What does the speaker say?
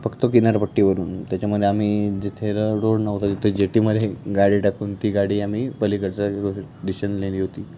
फक्त किनारपट्टीवरून त्याच्यामध्ये आम्ही जिथे रोड नव्हतो तिथे जेटीमध्ये गाडी टाकून ती गाडी आम्ही पलीकडचा डिशन नेली होती